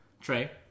Trey